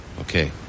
Okay